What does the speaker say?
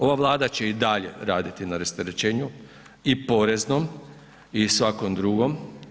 Ova Vlada će i dalje raditi na rasterećenju i poreznom i svakom drugom.